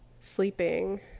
sleeping